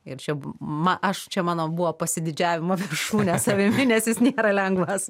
ir čia b ma aš čia mano buvo pasididžiavimo virūnė savimi nes jis nėra lengvas